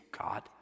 God